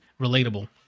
relatable